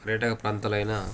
పర్యాటక ప్రాంతాలైన